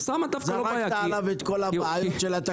אוסאמה דווקא -- זרקת עליו את כל הבעיות של התחבורה במדינה.